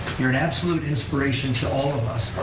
you're an absolute inspiration to all of us.